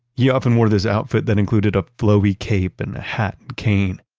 he often wore this outfit that included a flowy cape and a hat and cane.